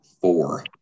four